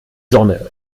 sonne